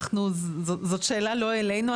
זו שאלה לא אלינו,